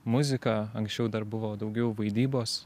muzika anksčiau dar buvo daugiau vaidybos